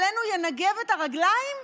עלינו ינגב את הרגליים?